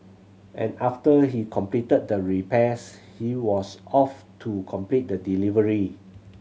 and after he completed the repairs he was off to complete the delivery